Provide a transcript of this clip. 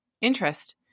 interest